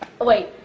wait